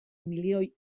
milioi